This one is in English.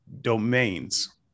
domains